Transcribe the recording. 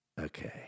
Okay